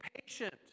patient